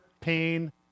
pain